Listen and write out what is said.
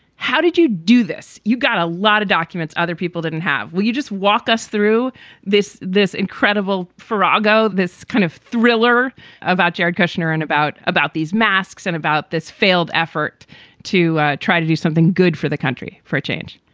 how did you do this? you got a lot of documents other people didn't have. will you just walk us through this this incredible farago, this kind of thriller about jared kushner and about about these masks and about this failed effort to try to do something good for the country for a change?